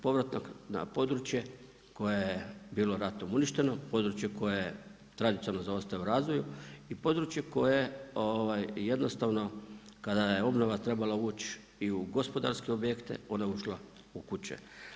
Povratak na područje koje je bilo ratom uništeno, područje koje tradicionalno zaostao u razvoju i područje koje jednostavno kada je obnova trebala ući i u gospodarske objekte, onda je ušla u kuće.